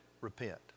repent